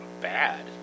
bad